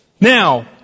Now